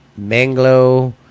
Manglo